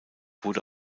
wurde